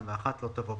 לא תבוא במניין:".